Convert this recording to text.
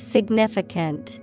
Significant